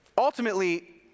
Ultimately